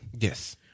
Yes